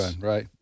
right